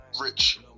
rich